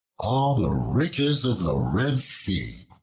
all the riches of the red sea.